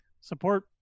support